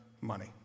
money